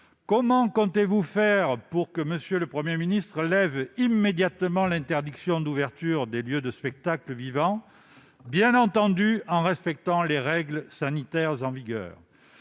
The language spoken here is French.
comment comptez-vous faire pour que M. le Premier ministre lève immédiatement l'interdiction d'ouverture des lieux de spectacles vivants, en respectant, bien entendu, les règles sanitaires en vigueur ?